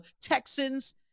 Texans